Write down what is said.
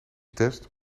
test